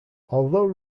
although